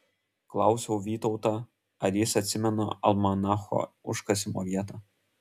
klausiau vytautą ar jis atsimena almanacho užkasimo vietą